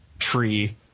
tree